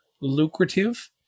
lucrative